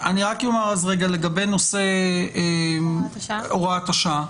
לגבי הוראת השעה,